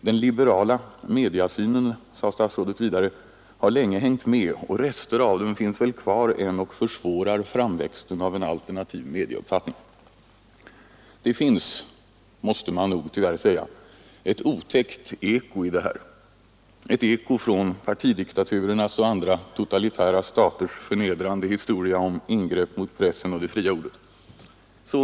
——— Den liberala mediasynen har länge hängt med och rester av den finns väl kvar än och försvårar framväxten av en alternativ mediauppfattning.” Det finns ett otäckt eko i detta uttalande — ett eko från partidiktaturernas och andra totalitära staters förnedrande historia om ingrepp mot pressen och det fria ordet.